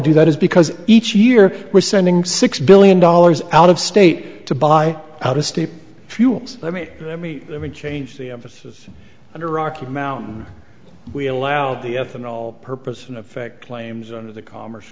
do that is because each year we're sending six billion dollars out of state to buy out of state fuels i mean i mean i mean change the emphasis under rocky mountain we allow the ethanol purpose in effect claims under the commerce